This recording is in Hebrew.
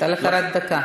הייתה לך רק דקה.